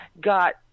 got